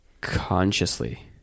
consciously